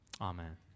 amen